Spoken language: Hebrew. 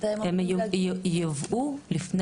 ובאים עוד פעם,